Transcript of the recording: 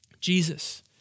Jesus